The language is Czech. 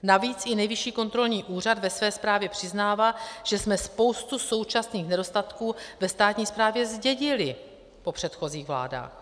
Navíc i Nejvyšší kontrolní úřad ve své zprávě přiznává, že jsme spoustu současných nedostatků ve státní správě zdědili po předchozích vládách.